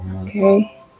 okay